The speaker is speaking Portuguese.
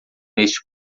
neste